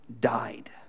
died